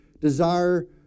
desire